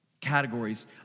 categories